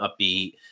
upbeat